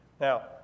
Now